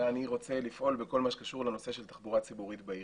אני רוצה לפעול בכל מה שקשור לנושא של תחבורה ציבורית בעיר.